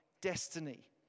destiny